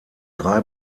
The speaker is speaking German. drei